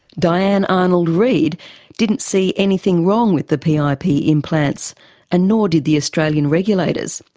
diane arnold-reed didn't see anything wrong with the the ah pip implants and nor did the australian regulators.